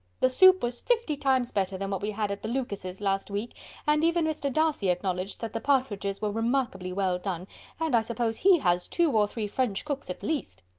the soup was fifty times better than what we had at the lucases' last week and even mr. darcy acknowledged, that the partridges were remarkably well done and i suppose he has two or three french cooks at least.